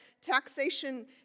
Taxation